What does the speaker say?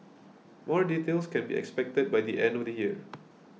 more details can be expected by the end of the year